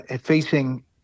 facing